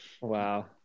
wow